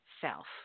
self